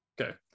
Okay